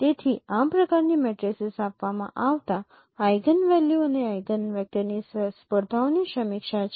તેથી આ પ્રકારની મેટ્રિસીસ આપવામાં આવતા આઇગનવેલ્યુ અને આઇગનવેક્ટરની સ્પર્ધાઓની સમીક્ષા છે